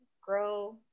grow